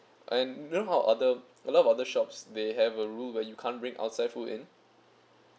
and you know how other a lot of other shops they have a rule that you can't bring outside food in